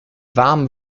warm